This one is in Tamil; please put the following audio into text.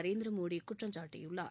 நரேந்திர மோடி குற்றம் சாட்டியுள்ளார்